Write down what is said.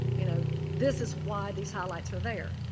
you know, this is why these highlights are there.